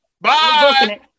Bye